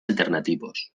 alternativos